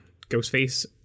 Ghostface